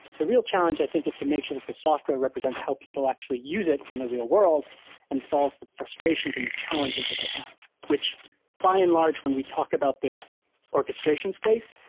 the real challenge i think is to make sure that the software represents how people actually use it in the real world and solves the frustrations and the challenges that they have, which by and large when we talk about this orchestration space,